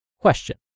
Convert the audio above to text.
Question